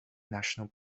national